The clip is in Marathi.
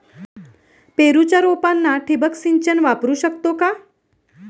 पेरूच्या रोपांना ठिबक सिंचन वापरू शकतो का?